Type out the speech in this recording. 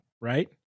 right